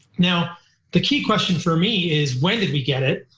now the key question for me is when did we get it?